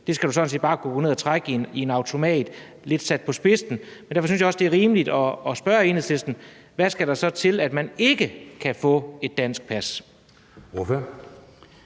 skal du sådan set bare kunne gå ned og trække i en automat. Det er lidt sat på spidsen. Men derfor synes jeg også, det er rimeligt at spørge Enhedslisten, hvad der så skal til, for at man ikke kan få et dansk pas.